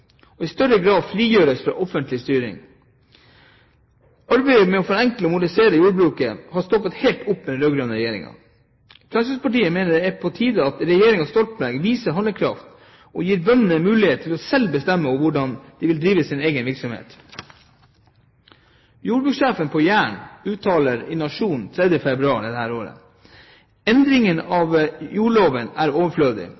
og i større grad frigjøres fra offentlig styring. Arbeidet med å forenkle og modernisere jordbruket har stoppet helt opp med den rød-grønne regjeringen. Fremskrittspartiet mener at det er på tide at regjeringen Stoltenberg viser handlekraft og gir bøndene mulighet til selv å bestemme over hvordan de vil drive sin egen virksomhet. Jordbrukssjefen på Jæren uttalte til Nationen den 3. februar i